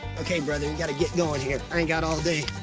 okay, brother, you gotta get going here. i ain't got all day.